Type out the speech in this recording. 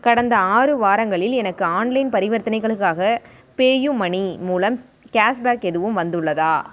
கடந்த ஆறு வாரங்களில் எனக்கு ஆன்லைன் பரிவர்த்தனைகளுக்காக பேயூமனி மூலம் கேஷ்பேக் எதுவும் வந்துள்ளதா